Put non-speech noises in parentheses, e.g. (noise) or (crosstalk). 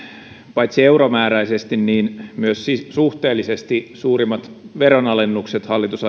paitsi euromääräisesti myös suhteellisesti suurimmat veronalennukset hallitus (unintelligible)